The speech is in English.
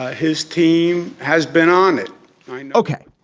ah his team has been on ok.